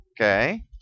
Okay